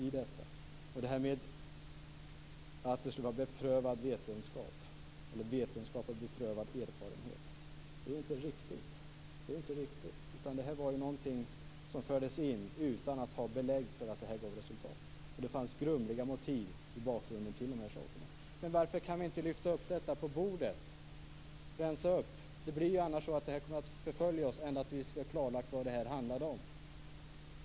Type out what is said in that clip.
Detta med att det skulle bygga på vetenskapligt beprövad erfarenhet är inte riktigt. Detta var någonting som infördes utan att man hade belägg för att det gav något resultat, och motiven som fanns i bakgrunden var grumliga. Men varför kan vi inte lyfta upp detta på bordet och rensa upp? Annars kommer det att förfölja oss ända till dess att det blir klarlagt vad det handlar om.